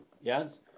yes